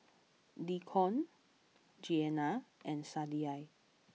Deacon Jeana and Sadye